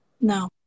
No